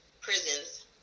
Prisons